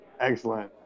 Excellent